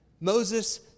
Moses